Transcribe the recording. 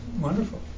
wonderful